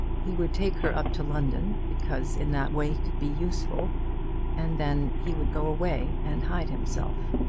he would take her up to london, because in that way he could be useful and then he would go away and hide himself.